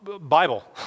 Bible